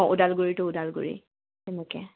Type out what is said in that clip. অঁ ওদালগুৰি টু ওদালগুৰি তেনেকৈ